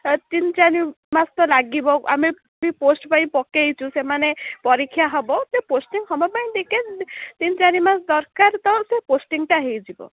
ତିନି ଚାରି ମାସ ତ ଲାଗିବ ଆମେ ବି ପୋଷ୍ଟ ପାଇଁ ପକେଇଛୁ ସେମାନେ ପରୀକ୍ଷା ହବ ସେ ପୋଷ୍ଟିଙ୍ଗ ହବା ପାଇଁ ଟିକିଏ ତିନି ଚାରିମାସ ଦରକାର ତ ସେ ପୋଷ୍ଟିଂଟା ହେଇଯିବ